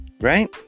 right